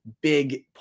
big